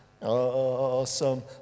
Awesome